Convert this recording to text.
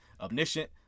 omniscient